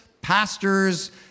pastors